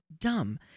dumb